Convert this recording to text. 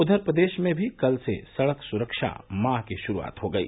उधर प्रदेश में भी कल से सड़क सुरक्षा माह की शुरूआत हो गयी